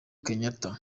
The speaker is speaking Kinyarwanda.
kenya